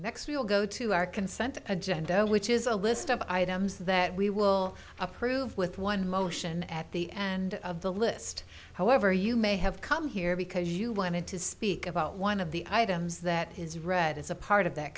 next we'll go to our consent agenda which is a list of items that we will approve with one motion at the end of the list however you may have come here because you wanted to speak about one of the items that is read as a part of that